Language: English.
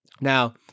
Now